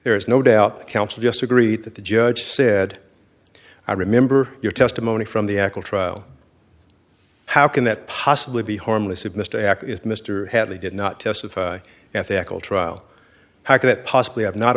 there is no doubt counsel just agreed that the judge said i remember your testimony from the actual trial how can that possibly be harmless of mr act if mr headley did not testify ethical trial how could it possibly have not